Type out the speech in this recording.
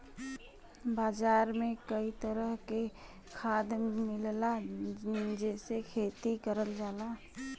बाजार में कई तरह के खाद मिलला जेसे खेती करल जाला